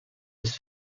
des